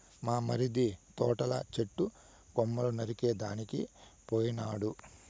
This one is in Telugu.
మా మరిది తోటల చెట్టు కొమ్మలు నరికేదానికి పోయినాడు